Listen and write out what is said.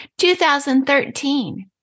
2013